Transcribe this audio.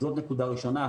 זאת נקודה ראשונה.